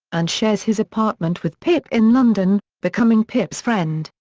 and shares his apartment with pip in london, becoming pip's friend.